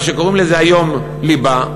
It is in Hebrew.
מה שקוראים לזה היום ליבה,